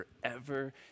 forever